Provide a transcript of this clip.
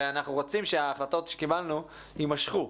הרי אנחנו רוצים שההחלטות שקיבלנו, ימשכו.